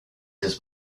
his